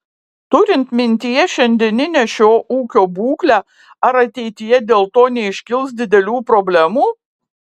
turint mintyje šiandieninę šio ūkio būklę ar ateityje dėl to neiškils didelių problemų